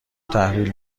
تحویل